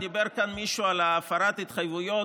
דיבר כאן מישהו על הפרת התחייבויות,